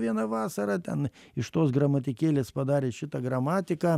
vieną vasarą ten iš tos gramatikėlės padarė šitą gramatiką